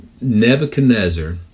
Nebuchadnezzar